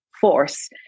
force